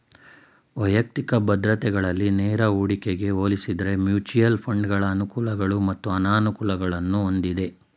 ವೈಯಕ್ತಿಕ ಭದ್ರತೆಗಳಲ್ಲಿ ನೇರ ಹೂಡಿಕೆಗೆ ಹೋಲಿಸುದ್ರೆ ಮ್ಯೂಚುಯಲ್ ಫಂಡ್ಗಳ ಅನುಕೂಲಗಳು ಮತ್ತು ಅನಾನುಕೂಲಗಳನ್ನು ಹೊಂದಿದೆ